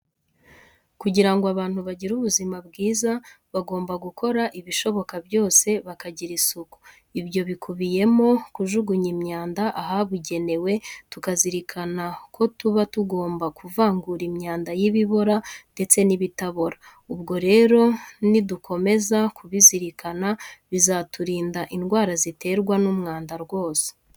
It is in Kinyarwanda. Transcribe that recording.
Kugira ngo abantu bagire ubuzima bwiza, bagomba gukora ibishoboka byose bakagira isuku. Ibyo bikubiyemo kujugunya imyanda ahabugenewe, tukazirikana ko tuba tugomba kuvangura imyanda y'ibibora ndetse n'ibitabora. Ubwo rero nidukomeza kubirikana bizaturinda indwara ziterwa n'umwanda rwose.